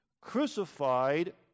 crucified